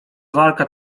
walka